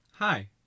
Hi